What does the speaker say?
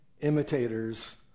imitators